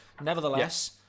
nevertheless